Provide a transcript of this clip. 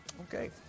Okay